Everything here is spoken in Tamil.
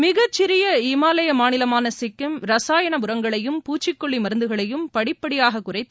மிகச்சிறிய இமாலய மாநிலமான சிக்கிம் ரசாயன உரங்களையும் பூச்சிக்கொல்லி மருந்துகளையும் படிப்படியாகக் குறைத்து